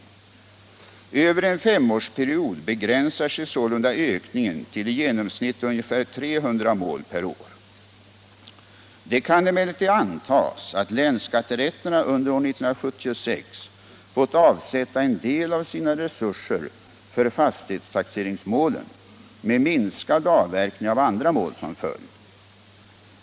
Över en femårsperiod begränsar sig sålunda ökningen till i genomsnitt ungefär 300 mål per år. Det kan emellertid antas att länsskatterätterna under år 1976 fått avsätta en del av sina resurser för fastighetstaxeringsmålen med minskad avverkning av andra mål som följd.